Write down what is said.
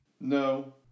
No